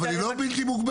אבל היא לא בלתי מוגבלת.